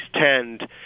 tend